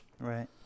Right